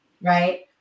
right